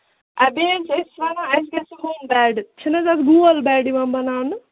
آ بیٚیہِ حظ أسۍ چھِ وَنان اَسہِ گژھِ ہُم دارِ چھِنہٕ حظ اَز گول دارِ یِوان بَناونہٕ